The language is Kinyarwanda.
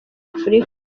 afrika